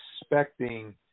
expecting